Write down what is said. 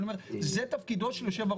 אבל אני אומר: זה תפקידו של יושב-הראש.